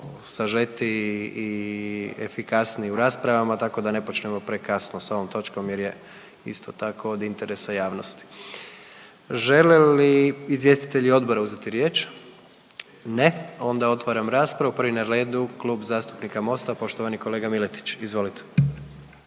sažetiji i efikasniji u raspravama, tako da ne počnemo prekasno s ovom točkom jer je isto tako od interesa javnosti. Žele li izvjestitelji odbora uzeti riječ? Ne. Onda otvaram raspravu, prvi na redu Klub zastupnika Mosta, poštovani kolega Miletić, izvolite.